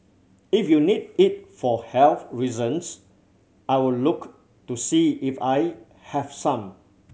if you need it for health reasons I will look to see if I have some